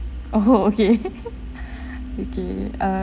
oh ho~ okay okay err